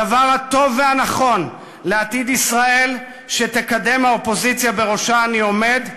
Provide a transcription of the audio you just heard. הדבר הטוב והנכון לעתיד ישראל שתקדם האופוזיציה שבראשה אני עומד,